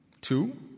Two